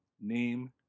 Name